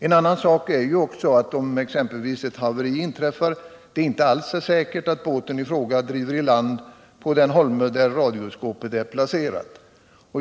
En annan sak är att om exempelvis ett haveri inträffar så är det inte alls säkert att båten i fråga driver i land på den holme där radioskåpet är placerat.